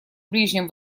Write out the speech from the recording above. ближнем